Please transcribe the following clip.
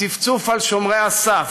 הצפצוף על שומרי הסף,